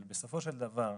בסופו של דבר,